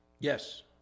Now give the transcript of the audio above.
Yes